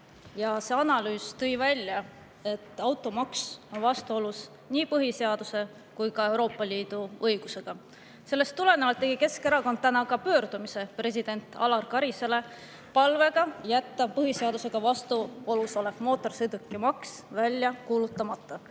ja see analüüs tõi välja, et automaks on vastuolus nii põhiseaduse kui ka Euroopa Liidu õigusega. Sellest tulenevalt tegi Keskerakond täna pöördumise president Alar Karise poole palvega jätta põhiseadusega vastuolus olev mootorsõidukimaks välja kuulutamata. Ma